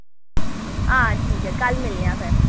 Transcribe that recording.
हां ठीक ऐ कल मिलने आं फिर